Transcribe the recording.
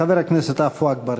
חבר הכנסת עפו אגבאריה.